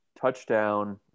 touchdown